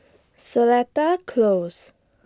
Seletar Close